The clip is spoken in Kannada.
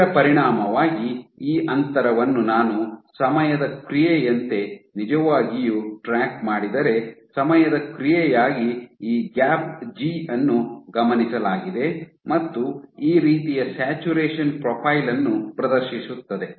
ಇದರ ಪರಿಣಾಮವಾಗಿ ಈ ಅಂತರವನ್ನು ನಾನು ಸಮಯದ ಕ್ರಿಯೆಯಂತೆ ನಿಜವಾಗಿಯೂ ಟ್ರ್ಯಾಕ್ ಮಾಡಿದರೆ ಸಮಯದ ಕ್ರಿಯೆಯಾಗಿ ಈ ಗ್ಯಾಪ್ ಜಿ ಅನ್ನು ಗಮನಿಸಲಾಗಿದೆ ಮತ್ತು ಈ ರೀತಿಯ ಸ್ಯಾಚುರೇಶನ್ ಪ್ರೊಫೈಲ್ ಅನ್ನು ಪ್ರದರ್ಶಿಸುತ್ತದೆ